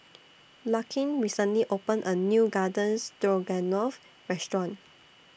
Larkin recently opened A New Garden Stroganoff Restaurant